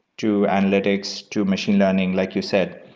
to analytics, to machine learning, like you said,